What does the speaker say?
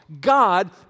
God